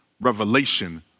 revelation